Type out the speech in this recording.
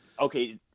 okay